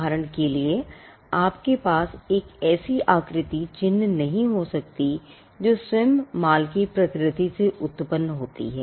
उदाहरण के लिए आपके पास एक ऐसी आकृति चिह्न नहीं हो सकती जो स्वयं माल की प्रकृति से उत्पन्न होती है